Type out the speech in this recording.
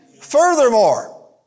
Furthermore